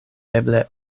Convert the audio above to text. eble